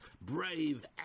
brave